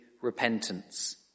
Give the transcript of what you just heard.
repentance